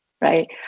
Right